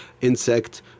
insect